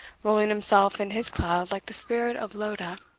rolling himself in his cloud like the spirit of loda.